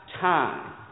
time